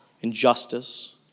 injustice